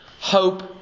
hope